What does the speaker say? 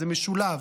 זה משולב.